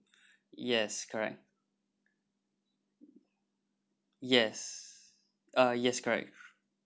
yes correct yes uh yes correct